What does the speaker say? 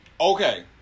Okay